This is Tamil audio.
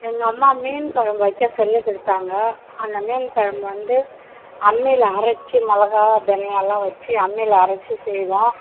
எங்கள் அம்மா மீன் குழம்பு வைக்க சொல்லிக் கொடுத்தாங்க அந்த மீன் குழம்பு வந்து அம்மியில் அரைச்சி மிளகா தனியாவெலாம் வெச்சு அம்மியில் அரைச்சி செய்வோம்